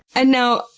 and now,